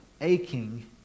aching